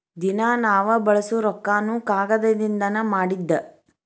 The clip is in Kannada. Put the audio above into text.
ದಿನಾ ನಾವ ಬಳಸು ರೊಕ್ಕಾನು ಕಾಗದದಿಂದನ ಮಾಡಿದ್ದ